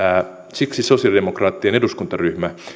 siksi sosiaalidemokraattinen eduskuntaryhmä